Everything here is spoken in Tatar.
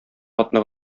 атны